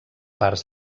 parts